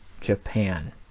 Japan